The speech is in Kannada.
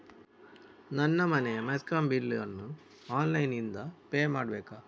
ನನ್ನ ಮನೆಯ ಮೆಸ್ಕಾಂ ಬಿಲ್ ಅನ್ನು ಆನ್ಲೈನ್ ಇಂದ ಪೇ ಮಾಡ್ಬೇಕಾ?